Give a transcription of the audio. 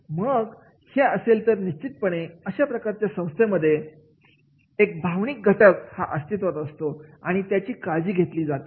आणि मग हे असेल तर निश्चितपणे अशा प्रकारच्या संस्थेमध्ये भावनिक घटक हा अस्तित्वात असतो आणि त्याची काळजी घेतली जाईल